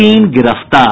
तीन गिरफ्तार